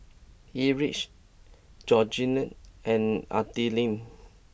Erich Georgiann and Adilene